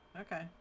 Okay